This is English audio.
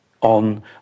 on